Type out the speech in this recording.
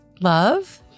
love